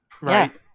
right